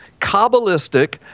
kabbalistic